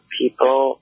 people